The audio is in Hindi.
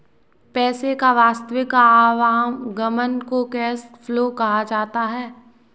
पैसे का वास्तविक आवागमन को कैश फ्लो कहा जाता है